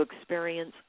experience